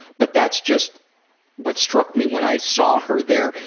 but that's just what struck me when i saw her there.